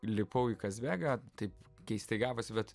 lipau į kazbeką taip keistai gavosi bet